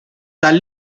dal